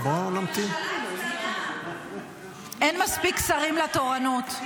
אין מספיק שרים לתורנות.